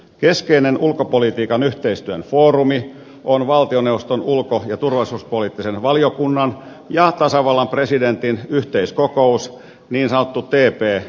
keskeinen ulkopolitiikan yhteistyön foorumi on valtioneuvoston ulko ja turvallisuuspoliittisen valiokunnan ja tasavallan presidentin yhteiskokous niin sanottu tp utva